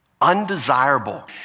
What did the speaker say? Undesirable